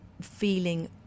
feeling